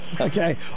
Okay